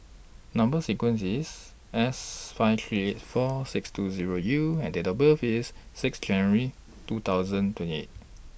Number sequence IS S five three eight four six two Zero U and Date of birth IS six January two thousand twenty eight